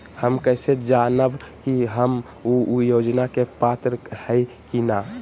हम कैसे जानब की हम ऊ योजना के पात्र हई की न?